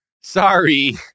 Sorry